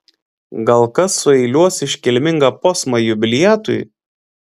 gal kas sueiliuos iškilmingą posmą jubiliatui